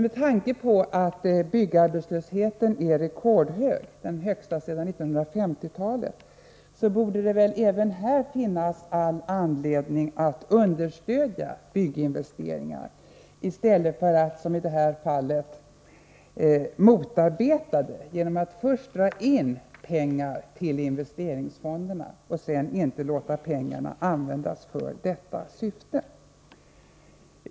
Med tanke på att byggarbetslösheten är rekordhög, den högsta sedan 1950-talet, borde det väl finnas all anledning att understödja bygginvesteringar i stället för att som i det här fallet motarbeta sådana genom att först dra in pengar till investeringsfonderna och sedan inte låta pengarna användas för detta ändamål.